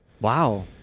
Wow